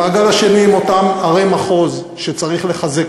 המעגל השני הוא אותן ערי מחוז שצריך לחזק.